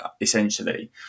essentially